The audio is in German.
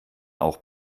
auch